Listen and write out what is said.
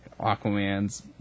Aquaman's